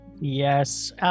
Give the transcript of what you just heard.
Yes